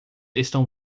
estão